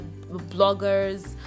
bloggers